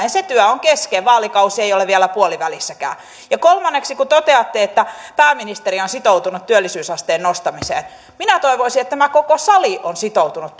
ja se työ on kesken vaalikausi ei ole vielä puolivälissäkään ja kolmanneksi kun toteatte että pääministeri on sitoutunut työllisyysasteen nostamiseen minä toivoisin että tämä koko sali on sitoutunut